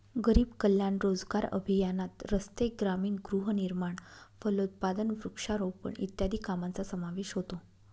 गरीब कल्याण रोजगार अभियानात रस्ते, ग्रामीण गृहनिर्माण, फलोत्पादन, वृक्षारोपण इत्यादी कामांचा समावेश होतो